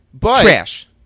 Trash